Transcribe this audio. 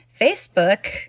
Facebook